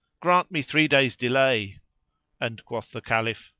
grant me three days' delay and quoth the caliph,